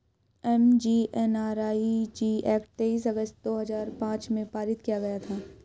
MGNREG act तेईस अगस्त दो हजार पांच में पारित किया गया था